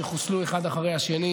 שחוסלו אחד אחרי השני,